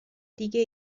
دیگه